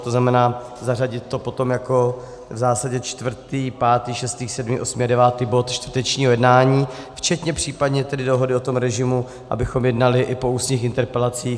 To znamená zařadit to potom jako v zásadě čtvrtý, pátý, šestý, sedmý, osmý a devátý bod čtvrtečního jednání včetně případně dohody o režimu, abychom jednali i po ústních interpelacích.